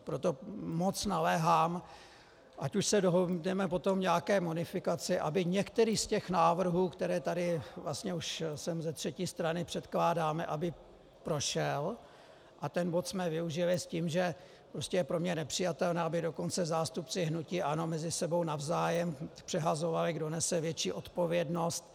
Proto moc naléhám, ať už se dohodneme potom na nějaké modifikaci, aby některý z návrhů, které tady vlastně už sem ze třetí strany předkládáme, prošel a ten bod jsme využili s tím, že prostě je pro mě nepřijatelné, aby dokonce zástupci hnutí ANO si mezi sebou navzájem předhazovali, kdo nese větší odpovědnost.